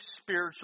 spiritual